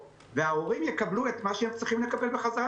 וההורים יקבלו את מה שהם צריכים לקבל בחזרה,